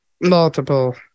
multiple